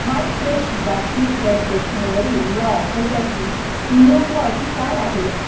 हाय fresh jasmine air फ्रेशनरवरील या ऑफरसाठी नियम व अटी काय आहेत